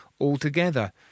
altogether